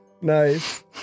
Nice